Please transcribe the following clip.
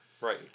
Right